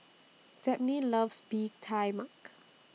Dabney loves Bee Tai Mak